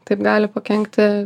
taip gali pakenkti